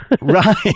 Right